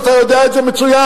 אתה יודע את זה מצוין.